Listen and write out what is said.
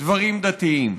דברים דתיים.